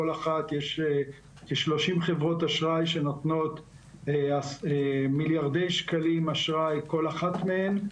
כל אחת יש בה כ-30 חברות אשראי שנותנות מיליארדי שקלים כל אחת מהן.